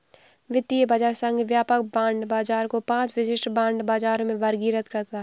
वित्तीय बाजार संघ व्यापक बांड बाजार को पांच विशिष्ट बांड बाजारों में वर्गीकृत करता है